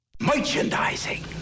Merchandising